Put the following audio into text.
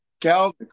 Cal